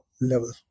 level